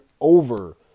over